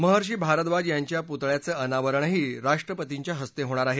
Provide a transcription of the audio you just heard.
महर्षी भारद्वाज यांच्या पुतळ्याचं अनावरणही राष्ट्रपतींच्या हस्ते होणार आहे